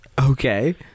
Okay